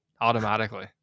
automatically